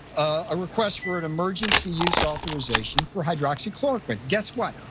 a request for an emergency use authorization for hydroxychloroquine, guess what?